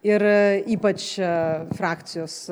ir ypač frakcijos